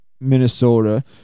Minnesota